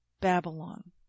Babylon